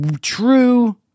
true